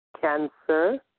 cancer